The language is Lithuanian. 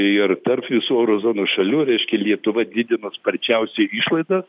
ir tarp visų euro zonos šalių reiškia lietuva didino sparčiausiai išlaidas